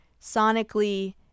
sonically